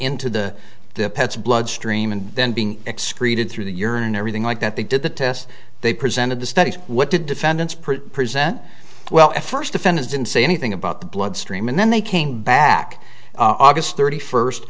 into the pets bloodstream and then being excreta through the urine and everything like that they did the test they presented the studies what did defendants pretty present well first offenders didn't say anything about the bloodstream and then they came back august thirty first